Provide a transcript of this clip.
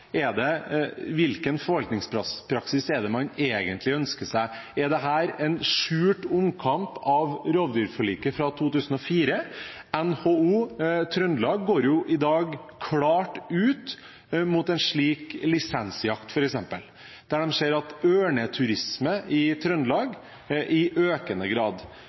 Er det kvotejakt? Hvilken forvaltningspraksis er det man egentlig ønsker seg? Er dette en skjult omkamp om rovviltforliket fra 2004? NHO Trøndelag går i dag klart ut mot en slik lisensjakt f.eks., da de ser økende grad av ørneturisme i Trøndelag.